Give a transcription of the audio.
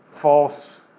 false